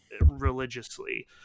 religiously